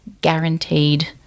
guaranteed